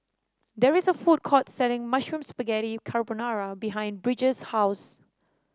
there is a food court selling Mushroom Spaghetti Carbonara behind Bridger's house